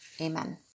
amen